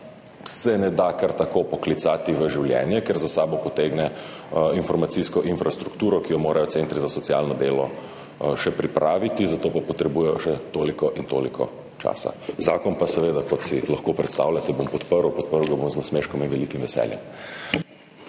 ne da kar tako poklicati v življenje, ker za sabo potegne informacijsko infrastrukturo, ki jo morajo centri za socialno delo še pripraviti, za to pa potrebujejo še toliko in toliko časa. Zakon pa bom seveda, kot si lahko predstavljate, podprl. Podprl ga bom z nasmeškom in velikim veseljem.